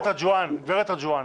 גברת רג'ואן,